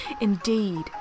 Indeed